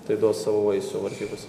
tai duos savo vaisių varžybose